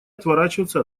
отворачиваться